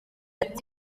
ati